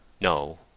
no